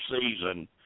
season